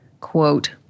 Quote